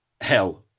hell